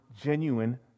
genuine